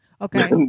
Okay